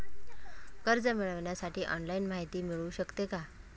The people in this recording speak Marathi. कर्ज मिळविण्यासाठी ऑनलाईन माहिती मिळू शकते का?